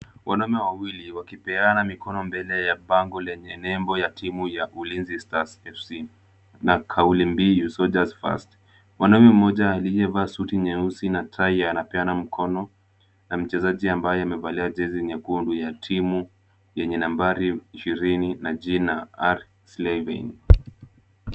Wanaume wawili wakipeana mikono mbele ya bango lenye nembo ya timu ya ulinzi Stars FC. Na kauli mbiu Soldiers first. Wanawe mmoja aliyevaa suti nyeusi na taia anapeana mkono, na mchezaji ambaye amevalia jezi nyekundu ya timu yenye nambari 20 na jina R slaving.